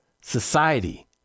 society